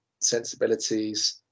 sensibilities